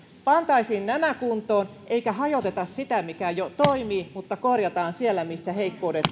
pantaisiin nämä kuntoon ei hajoteta sitä mikä jo toimii vaan korjataan siellä missä heikkoudet